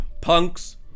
Punks